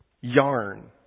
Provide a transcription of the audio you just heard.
yarn